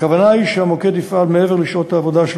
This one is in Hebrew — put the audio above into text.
הכוונה היא שהמוקד יפעל מעבר לשעות העבודה של